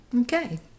Okay